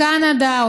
קנדה,